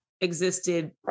existed